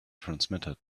transmitted